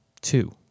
two